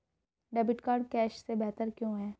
Debit card cash से बेहतर क्यों है?